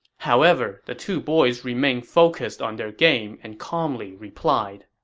however, the two boys remained focused on their game and calmly replied,